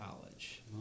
College